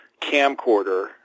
camcorder